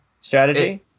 strategy